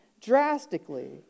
drastically